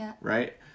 right